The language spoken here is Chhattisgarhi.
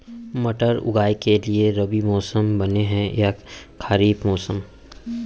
मटर उगाए के लिए रबि मौसम बने हे या खरीफ मौसम?